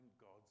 God's